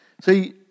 See